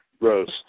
Rose